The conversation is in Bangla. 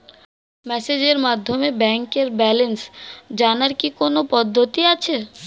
মেসেজের মাধ্যমে ব্যাংকের ব্যালেন্স জানার কি কোন পদ্ধতি আছে?